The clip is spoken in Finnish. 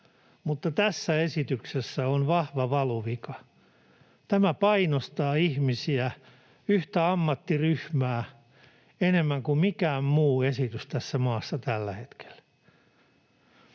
Mutta tässä esityksessä on vahva valuvika. Tämä painostaa ihmisiä, yhtä ammattiryhmää, enemmän kuin mikään muu esitys tässä maassa tällä hetkellä.